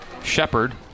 Shepard